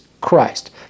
Christ